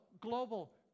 global